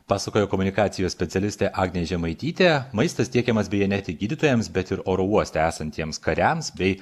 pasakojo komunikacijos specialistė agnė žemaitytė maistas tiekiamas beje ne tik gydytojams bet ir oro uoste esantiems kariams bei